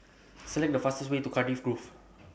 Select The fastest Way to Cardiff Grove